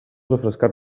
refrescar